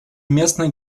местной